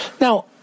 Now